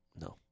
no